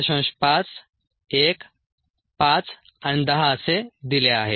5 1 5 आणि 10 असे दिले आहे